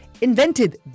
invented